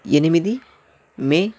ఎనిమిది మే